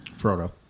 Frodo